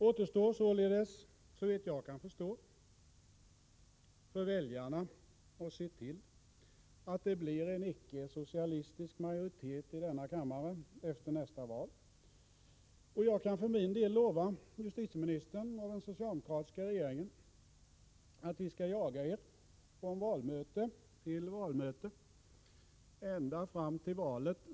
Återstår alltså såvitt jag kan förstå för väljarna att se till att det blir en icke-socialistisk majoritet här i kammaren efter nästa val. Jag kan för min del lova justitieministern och den socialdemokratiska regeringen att vi skall jaga er med denna fråga från valmöte till valmöte ända fram till valet.